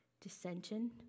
dissension